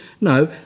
No